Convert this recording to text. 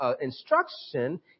instruction